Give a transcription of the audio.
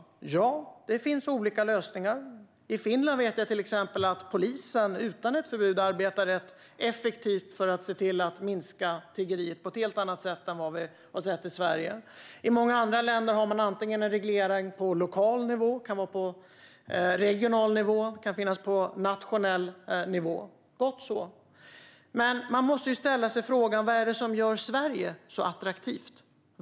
Ja, det finns olika lösningar. I till exempel Finland vet jag att polisen, utan ett förbud, arbetar rätt effektivt för att minska tiggeriet, på ett helt annat sätt än vi har sett i Sverige. I många andra länder har man en reglering på antingen lokal, regional eller nationell nivå - gott så. Men man måste ställa sig frågan vad det är som gör Sverige så attraktivt.